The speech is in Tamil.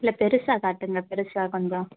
இல்லை பெருசாக காட்டுங்க பெருசாக கொஞ்சம்